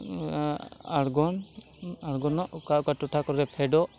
ᱟᱬᱜᱚᱱ ᱟᱬᱜᱚᱱᱚᱜ ᱚᱠᱟ ᱚᱠᱟ ᱴᱚᱴᱷᱟ ᱠᱚᱨᱮᱫᱚ ᱯᱷᱮᱰᱚᱜ